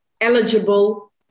eligible